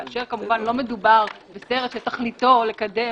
כאשר לא מדובר בסרט שתכליתו לקדם